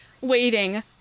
waiting